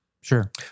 Sure